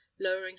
lowering